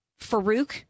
farouk